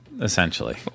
essentially